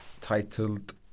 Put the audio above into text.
titled